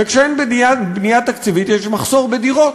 וכשאין בנייה תקציבית יש מחסור בדירות.